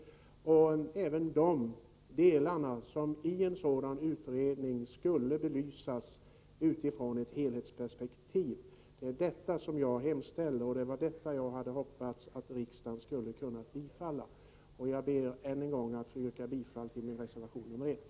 Även dessa saker måste i en utredning belysas utifrån ett helhetsperspektiv. Det är det som jag hemställer om och som jag hade hoppats att riksdagen skulle bifalla. Fru talman! Jag ber än en gång att få yrka bifall till min reservation, nr 1.